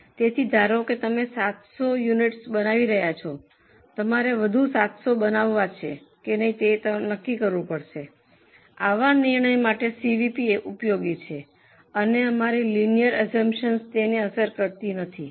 તેથી ધારો કે તમે 700 યુનિટસ બનાવી રહ્યા છો તમારે 100 વધુ બનાવવું છે કે નહીં તે નક્કી કરવું પડશે આવા નિર્ણય માટે સીવીપી ઉપયોગી છે અને અમારી લિનિયર આઅસ્સુમ્પ્શન્સ તેને અસર કરતી નથી